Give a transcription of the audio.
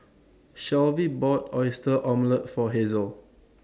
Shelvie bought Oyster Omelette For Hazel